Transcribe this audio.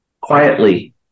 quietly